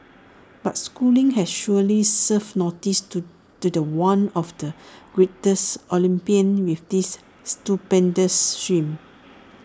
but schooling has surely served notice to to The One of the greatest Olympian with this stupendous swim